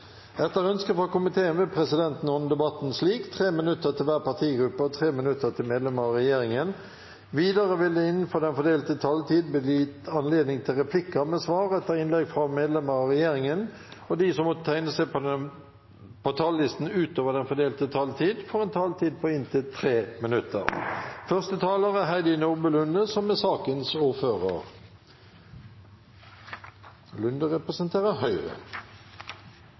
Etter ønske fra familie- og kulturkomiteen vil presidenten ordne debatten slik: 3 minutter til hver partigruppe og 3 minutter til medlemmer av regjeringen. Videre vil det – innenfor den fordelte taletid – bli gitt anledning til inntil seks replikker med svar etter innlegg fra medlemmer av regjeringen. De som måtte tegne seg på talerlisten utover den fordelte taletid, får også en taletid på inntil 3 minutter. Første taler er representanten Tage Pettersen, som er